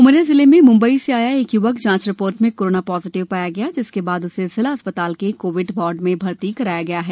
उमरिया जिले में महाराष्ट्र के मुंबई से आया एक युवक जांच रिपोर्ट में कोरोना पॉजिटिव पाया गया जिसके बाद उसे जिला अस्पताल के कोविड वार्ड में भर्ती कराया गया है